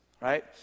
right